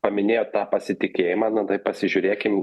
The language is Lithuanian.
paminėjot tą pasitikėjimą na tai pasižiūrėkim